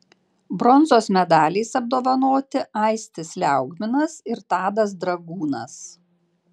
bronzos medaliais apdovanoti aistis liaugminas ir tadas dragūnas